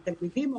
תלמידים,